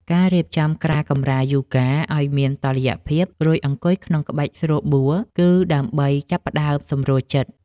ការរៀបចំក្រាលកម្រាលយូហ្គាឱ្យមានតុល្យភាព រួចអង្គុយក្នុងក្បាច់ស្រួលបួល គឺដើម្បីចាប់ផ្ដើមសម្រួលចិត្ត។